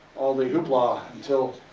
all the hoopla until,